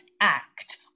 act